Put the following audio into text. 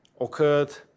occurred